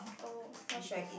oh what should I eat